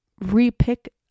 re-pick